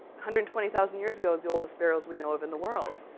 hundred and twenty thousand years ago is the oldest burials we know of in the world,